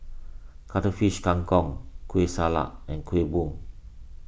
Cuttlefish Kang Kong Kueh Salat and Kuih Bom